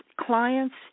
clients